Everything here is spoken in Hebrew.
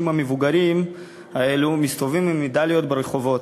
המבוגרים האלו מסתובבים עם מדליות ברחובות.